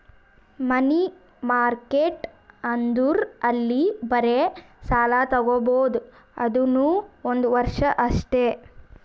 ಮನಿ market ಅಂದುರ್ ಅಲ್ಲಿ ಬರೇ ಸಾಲ ತಾಗೊಬೋದ್ ಅದುನೂ ಒಂದ್ ವರ್ಷ ಅಷ್ಟೇ